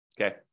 Okay